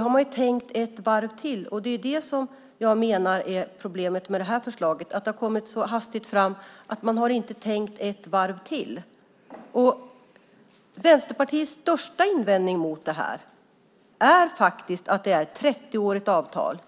har man tänkt ett varv till. Jag menar att problemet med detta förslag är att det har kommit så hastigt fram att man inte har tänkt ett varv till. Vänsterpartiets största invändning mot detta är att det är ett trettioårigt avtal.